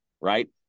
right